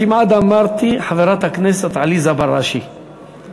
כמעט אמרתי "חברת הכנסת עליזה בראשי",